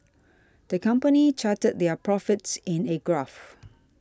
the company charted their profits in a graph